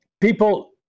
people